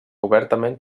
obertament